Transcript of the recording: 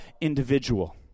individual